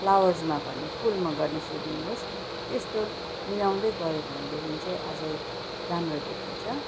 फ्लावर्समा भने फुलमा गर्ने सेडिङ होस् त्यस्तो मिलाउँदै गऱ्यो भनेदेखि चाहिँ अझै राम्रो देखिन्छ